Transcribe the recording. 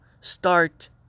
start